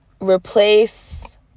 replace